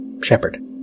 Shepard